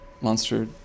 monster